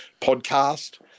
podcast